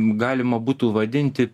galima būtų vadinti